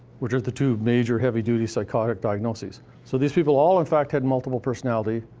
which are the two major, heavy duty psychotic diagnoses. so these people all, in fact, had multiple personality,